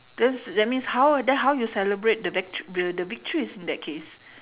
that's that means how then how you celebrate the vic~ the victories in that case